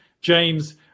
James